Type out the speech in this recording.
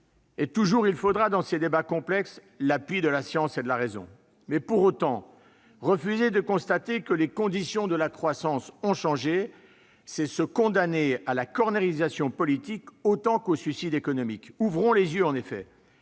et toujours il faudra, dans ces débats complexes, l'appui de la science et de la raison. Pour autant, refuser de constater que les conditions de la croissance ont changé, c'est se condamner à la « cornerisation » politique autant qu'au suicide économique. Ouvrons les yeux : quand